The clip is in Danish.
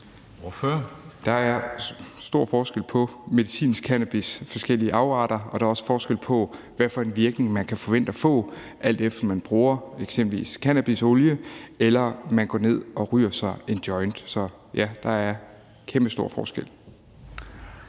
Der er stor forskel på medicinsk cannabis i forskellige afarter, og der er også forskel på, hvilken virkning man kan forvente at få, alt efter om man bruger eksempelvis cannabisolie eller man går ned og ryger en joint. Så ja, der er kæmpestor forskel.